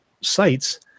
sites